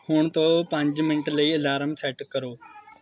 ਹੁਣ ਤੋਂ ਪੰਜ ਮਿੰਟ ਲਈ ਅਲਾਰਮ ਸੈੱਟ ਕਰੋ